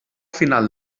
final